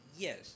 Yes